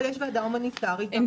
אבל יש וועדה הומניטארית ---.